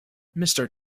mister